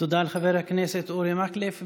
תודה לחבר הכנסת אורי מקלב.